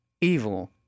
evil